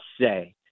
say